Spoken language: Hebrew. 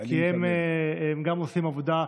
כי הם גם עושים עבודה,